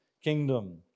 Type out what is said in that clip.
kingdom